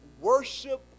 worship